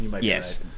Yes